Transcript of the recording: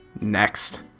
Next